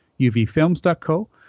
uvfilms.co